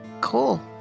Cool